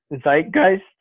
zeitgeist